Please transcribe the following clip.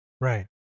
right